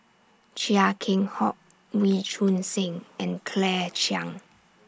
Chia Keng Hock Wee Choon Seng and Claire Chiang